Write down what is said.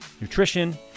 nutrition